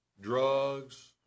drugs